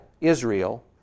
Israel